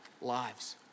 lives